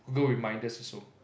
Google reminders also